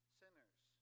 sinners